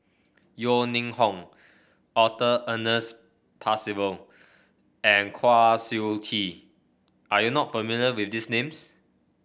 Yeo Ning Hong Arthur Ernest Percival and Kwa Siew Tee are you not familiar with these names